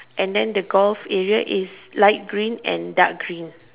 and then the golf area is light green and dark green